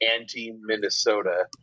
anti-Minnesota